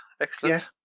Excellent